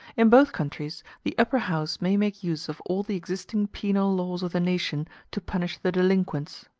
in both countries the upper house may make use of all the existing penal laws of the nation to punish the delinquents.